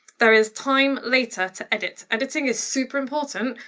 there is time later to edit. editing is super important.